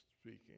speaking